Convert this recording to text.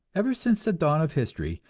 ever since the dawn of history,